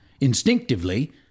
Instinctively